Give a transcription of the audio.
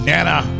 Nana